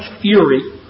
fury